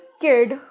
kid